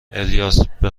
الیاس، به